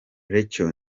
rachel